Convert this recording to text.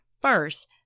First